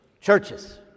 churches